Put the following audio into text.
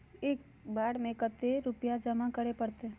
एक बार में कते रुपया जमा करे परते?